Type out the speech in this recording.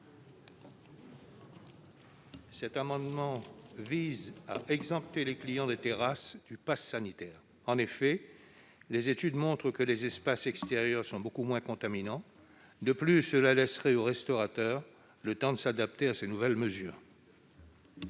Cet amendement vise à exempter les clients des terrasses du passe sanitaire. En effet, les études montrent que les espaces extérieurs sont beaucoup moins contaminants. De plus, cela laisserait aux restaurateurs le temps de s'adapter à ces nouvelles mesures.